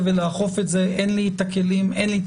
ולאכוף את זה כי אין לי הכלים והמשאבים.